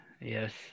Yes